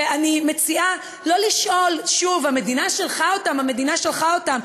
ואני מציעה לא לשאול שוב: המדינה שלחה אותם,